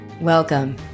Welcome